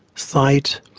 sight,